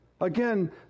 Again